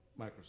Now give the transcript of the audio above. Microsoft